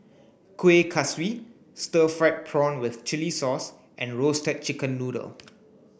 Kuih Kaswi stir fried prawn with chili sauce and roasted chicken noodle